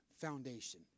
foundation